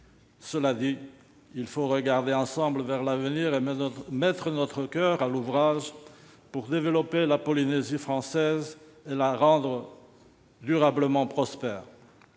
Cela dit, il faut regarder ensemble vers l'avenir et mettre notre coeur à l'ouvrage pour développer la Polynésie française et la rendre durablement prospère.